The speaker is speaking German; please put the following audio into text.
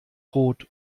rot